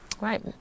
Right